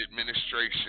administration